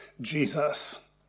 Jesus